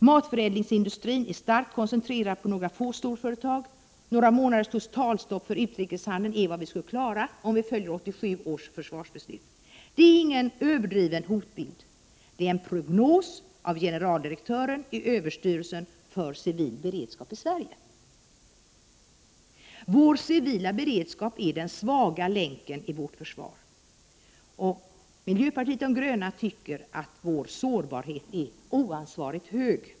Matförädlingsindustrin är starkt koncentrerad till några få storföretag. Några månaders totalstopp för utrikeshandel är vad vi skulle klara av om vi följer 1987 års försvarsbeslut. Detta är ingen överdriven hotbild. Det är en prognos av generaldirektören i överstyrelsen för civil beredskap i Sverige. Vår civila beredskap är den svaga länken i vårt försvar. Miljöpartiet de gröna anser att vår sårbarhet är oansvarigt hög.